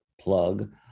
plug